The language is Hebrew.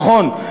נכון,